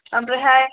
ओमफ्रायहाय